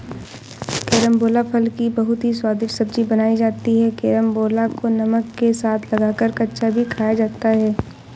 carambola फल की बहुत ही स्वादिष्ट सब्जी बनाई जाती है कैरमबोला को नमक के साथ लगाकर कच्चा भी खाया जाता है